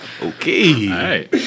Okay